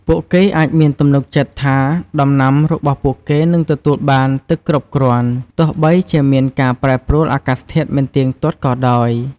ពួកគេអាចមានទំនុកចិត្តថាដំណាំរបស់ពួកគេនឹងទទួលបានទឹកគ្រប់គ្រាន់ ទោះបីជាមានការប្រែប្រួលអាកាសធាតុមិនទៀងទាត់ក៏ដោយ។